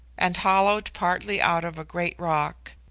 and hollowed partly out of a great rock.